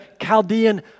Chaldean